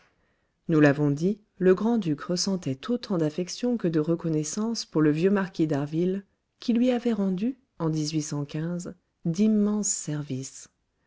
nous l'avons dit le grand-duc ressentait autant d'affection que de reconnaissance pour le vieux marquis d'harville qui lui avait rendu en d'immenses services